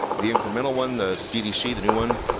the incremental one, the the ddc, the new one.